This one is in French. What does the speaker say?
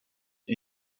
est